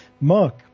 Mark